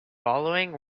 following